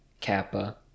kappa